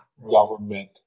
government